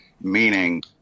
Meaning